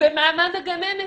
מעמד הגננת,